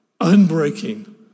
unbreaking